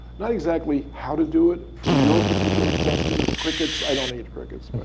not exactly how to do it for your particular question of crickets. i don't eat crickets,